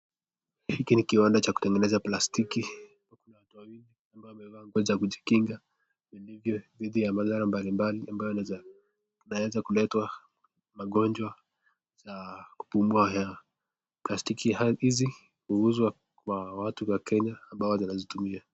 Hiki ni kiwana cha kutengeneza plastiki, kuna watu wawili ambao wamevaa nguo za kujikinga dhidi ya madhara mbalimbali ambayo inaweza kuleta magonjwa za kupumua hewa. Plastiki hizi huuzwa kwa watu wa Kenya ambao wanatumia.